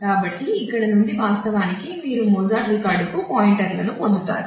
కాబట్టి ఇక్కడ నుండి వాస్తవానికి మీరు మొజార్ట్ రికార్డుకు పాయింటర్లను పొందుతారు